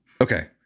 Okay